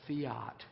fiat